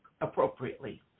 appropriately